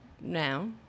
now